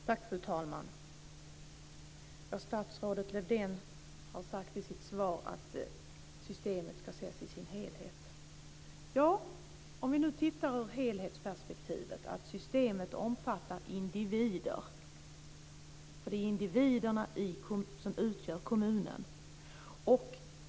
Fru talman! Statsrådet Lövdén har sagt i sitt svar att systemet ska ses i sin helhet. Ja, låt oss titta på det i helhetsperspektivet. Systemet omfattar individer, för det är individerna som utgör kommunen.